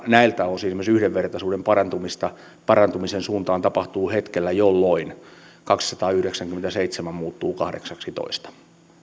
näiltä osin esimerkiksi yhdenvertaisuuden parantumisen parantumisen suuntaan tapahtuu hetkellä jolloin kaksisataayhdeksänkymmentäseitsemän muuttuu kahdeksaksitoista